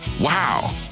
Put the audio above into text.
wow